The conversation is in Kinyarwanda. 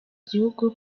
gihugu